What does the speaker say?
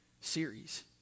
series